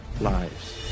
lives